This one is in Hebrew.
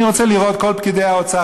אני רוצה לראות את כל פקידי האוצר,